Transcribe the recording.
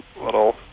little